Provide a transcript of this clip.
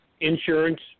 insurance